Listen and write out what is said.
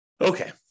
Okay